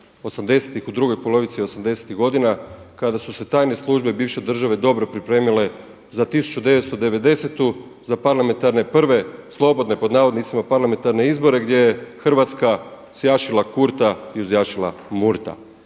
u drugoj polovici osamdesetih godina kada su se tajne službe bivše države dobro pripremile za 1990., za parlamentarne prve slobodne pod navodnicima parlamentarne izbore gdje je Hrvatska „sjašila Kurta i uzjašila Murta“.